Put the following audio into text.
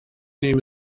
name